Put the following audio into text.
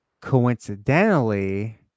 coincidentally